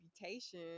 reputation